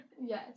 Yes